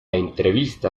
entrevista